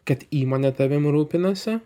kad įmonė tavim rūpinasi